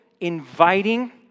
inviting